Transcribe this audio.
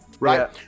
Right